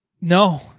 No